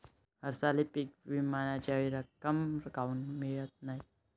हरसाली पीक विम्याची रक्कम काऊन मियत नाई?